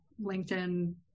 LinkedIn